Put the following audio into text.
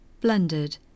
blended